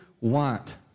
want